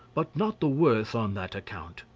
but not the worse on that account.